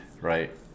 right